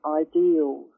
ideals